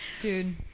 Dude